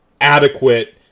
adequate